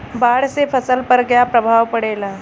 बाढ़ से फसल पर क्या प्रभाव पड़ेला?